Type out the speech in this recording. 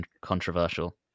controversial